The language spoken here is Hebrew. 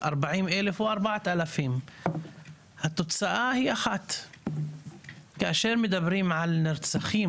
40,000 או 4,000. התוצאה היא אחת כאשר מדברים רק על נרצחים,